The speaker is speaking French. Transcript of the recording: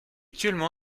actuellement